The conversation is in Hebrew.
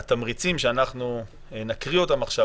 והתמריצים שאנחנו נקריא אותם עכשיו,